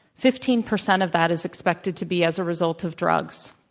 fifteen percent of that is expected to be as a result of drugs.